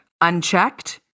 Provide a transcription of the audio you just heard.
unchecked